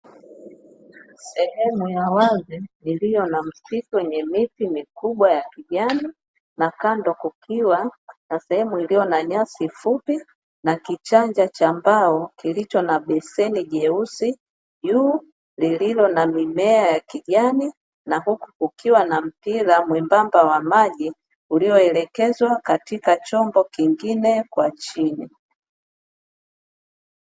Sehemu ya wazi iliyo na msitu wenye miti mikubwa ya kijani na kando kukiwa na sehemu iliyo na nyasi fupi na kichanja cha mbao kilicho na beseni jeusi juu, lililo na mimea ya kijani na huku ukiwa na mpira mwembamba wa maji uliyoelekezwa katika chombo kingine kwa chini.